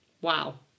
wow